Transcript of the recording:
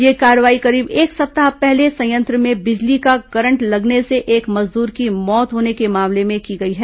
यह कार्रवाई करीब एक सप्ताह पहले संयंत्र में बिजली का करंट लगने से एक मजदूर की मौत होने के मामले में की गई है